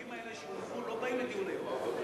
החוקים האלה שהונחו, לא באים לדיון היום?